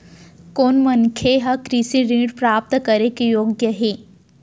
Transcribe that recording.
कोन मनखे ह कृषि ऋण प्राप्त करे के योग्य हे?